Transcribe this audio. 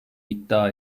iddia